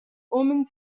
omens